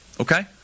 Okay